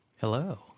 Hello